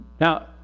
Now